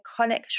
iconic